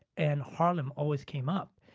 and harlem always came up,